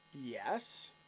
Yes